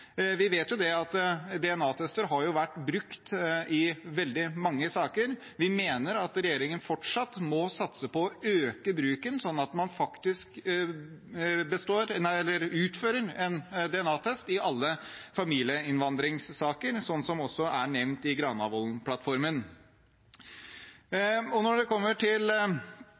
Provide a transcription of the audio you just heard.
Vi vet at DNA-tester har vært brukt i veldig mange saker. Vi mener at regjeringen fortsatt må satse på å øke bruken, slik at man faktisk utfører en DNA-test i alle familieinnvandringssaker, som nevnt i Granavolden-plattformen. Når det gjelder aupairordningen, er Fremskrittspartiet også veldig glad for at det